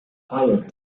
fired